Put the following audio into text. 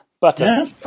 Butter